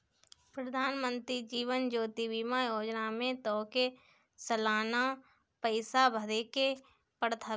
प्रधानमंत्री जीवन ज्योति बीमा योजना में तोहके सलाना पईसा भरेके पड़त हवे